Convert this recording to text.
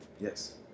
Yes